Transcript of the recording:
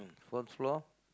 fourth floor